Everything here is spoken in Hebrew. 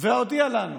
והודיע לנו